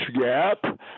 Gap